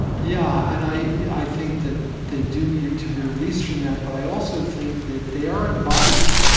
yeah, and i think that they do need to be released from that, but i also think that they are embodied.